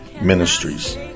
ministries